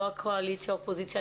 לא קואליציה או אופוזיציה,